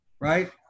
right